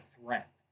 threat